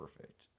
perfect